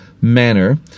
manner